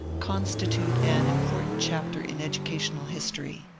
constitute an important chapter in educational history.